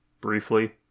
briefly